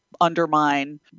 undermine